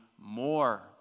more